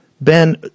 Ben